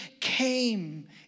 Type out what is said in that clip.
came